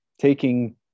taking